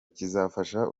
kizafasha